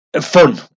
Fun